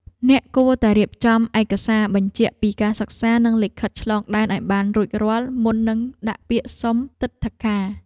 អ្នកគួរតែរៀបចំឯកសារបញ្ជាក់ពីការសិក្សានិងលិខិតឆ្លងដែនឱ្យបានរួចរាល់មុននឹងដាក់ពាក្យសុំទិដ្ឋាការ។